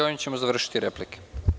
Ovim ćemo završiti replike.